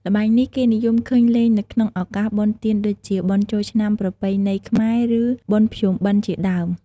ល្បែងនេះ គេនិយមឃើញលេងនៅក្នុងឱកាសបុណ្យទានដូចជា បុណ្យចូលឆ្នាំប្រពៃណីខ្មែរ ឬបុណ្យភ្ជុំបិណ្ឌ ជាដើម។